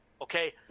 okay